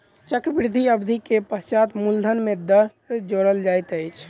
चक्रवृद्धि अवधि के पश्चात मूलधन में दर जोड़ल जाइत अछि